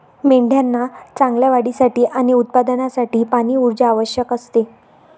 मेंढ्यांना चांगल्या वाढीसाठी आणि उत्पादनासाठी पाणी, ऊर्जा आवश्यक असते